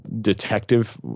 detective